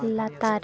ᱞᱟᱛᱟᱨ